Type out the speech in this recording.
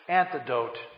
antidote